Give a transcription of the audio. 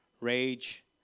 rage